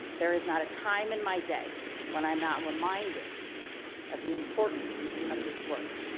there is not a time in my day when i'm not reminded of the importance of this work.